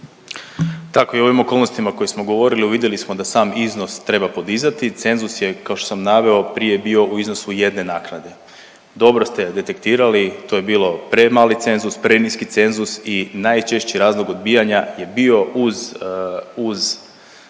Tako je i u ovim okolnostima koje smo govorili uvidjeli smo da sam iznos treba podizati. Cenzus je kao što sam naveo prije bio u iznosu jedne naknade. Dobro ste detektirali, to je bilo premali cenzus, preniski cenzus i najčešći razlog odbijanja je bio uz,